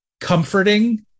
comforting